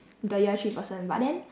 the year three person but then